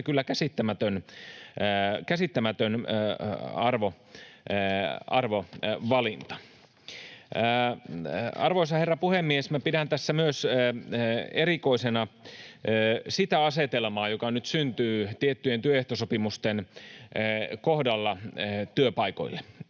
kyllä käsittämätön arvovalinta. Arvoisa herra puhemies! Minä pidän tässä erikoisena myös sitä asetelmaa, joka nyt syntyy tiettyjen työehtosopimusten kohdalla työpaikoille.